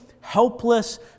helpless